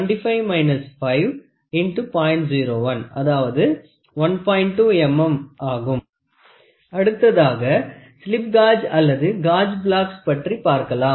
2 mm அடுத்ததாக slip gauge அல்லது gauge blocks பற்றி பார்க்கலாம்